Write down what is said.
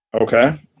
okay